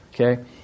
okay